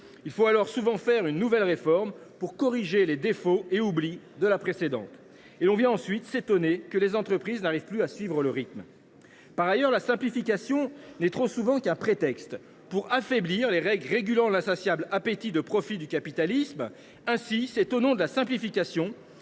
il faut faire une nouvelle réforme pour corriger les défauts et oublis de la précédente. Et l’on viendrait ensuite s’étonner que les entreprises n’arrivent plus à suivre le rythme ? Par ailleurs, la simplification n’est trop souvent qu’un prétexte pour affaiblir les règles régulant l’insatiable appétit de profit du capitalisme. Ainsi, c’est en son